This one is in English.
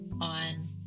on